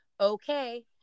okay